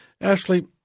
Ashley